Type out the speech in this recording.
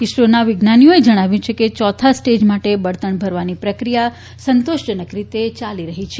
ઇસરોના વિજ્ઞાનીઓએ જણાવ્યું કે ચોથા સ્ટેજ માટે બળતણ ભરવાની પ્રક્રિયા સંતોષજનક રીતે ચાલી રહી છે